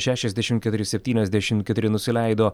šešiasdešimt keturi septyniasdešimt keturi nusileido